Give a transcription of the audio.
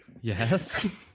Yes